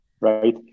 right